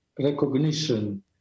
recognition